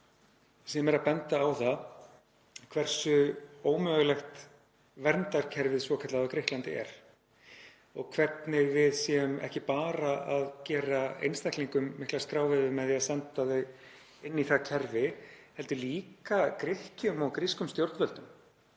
sem hefur bent á það hversu ómögulegt verndarkerfið svokallaða er á Grikklandi og hvernig við séum ekki bara að gera einstaklingum mikla skráveifu með því að senda þau inn í það kerfi heldur líka Grikkjum og grískum stjórnvöldum.